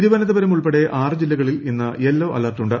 തിരുവനന്തപുരം ഉൾപ്പെട്ടെ ആറ് ജില്ലകളിൽ ഇന്ന് യെല്ലോ അലർട്ടുണ്ട്